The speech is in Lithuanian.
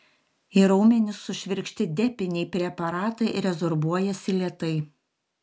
į raumenis sušvirkšti depiniai preparatai rezorbuojasi lėtai